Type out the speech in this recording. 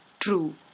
true